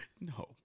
No